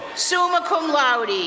summa cum laude,